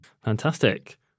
Fantastic